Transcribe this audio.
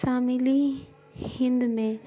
شاملی ہند میں